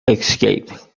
escape